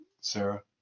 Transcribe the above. sarah